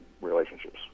relationships